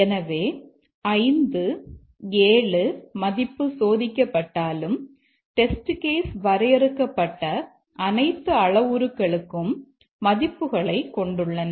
எனவே 5 7 மதிப்பு சோதிக்கப்பட்டாலும் டெஸ்ட் கேஸ் வரையறுக்கப்பட்ட அனைத்து அளவுருக்களுக்கும் மதிப்புகளைக் கொண்டுள்ளன